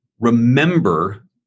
Remember